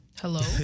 Hello